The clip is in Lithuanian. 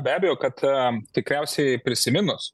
be abejo kad tikriausiai prisiminus